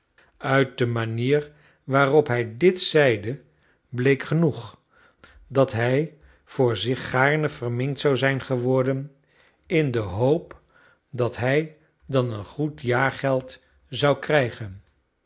uit de manier waarop hij dit zeide bleek genoeg dat hij voor zich gaarne verminkt zou zijn geworden in de hoop dat hij dan een goed jaargeld zou krijgen